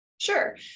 Sure